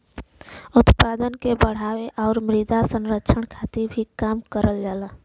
उत्पादन के बढ़ावे आउर मृदा संरक्षण खातिर भी काम करल जाला